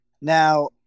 Now